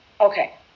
okay